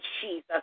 Jesus